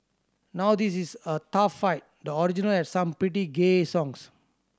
now this is a tough fight the original had some pretty gay songs